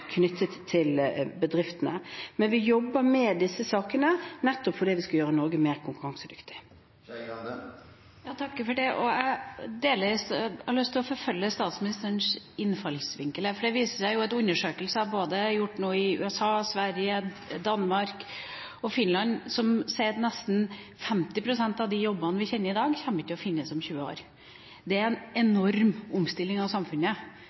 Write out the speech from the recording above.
knyttet til bedriftene. Men vi jobber med disse sakene, nettopp fordi vi skal gjøre Norge mer konkurransedyktig. Jeg har lyst til å forfølge statsministerens innfallsvinkel, for undersøkelser gjort nå både i USA, Sverige, Danmark og Finland, viser at nesten 50 pst. av de jobbene vi kjenner i dag, kommer ikke til å finnes om 20 år. Det betyr en enorm omstilling av samfunnet,